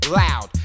loud